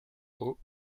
aux